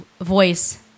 voice